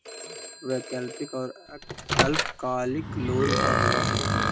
वैकल्पिक और अल्पकालिक लोन का होव हइ?